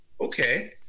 Okay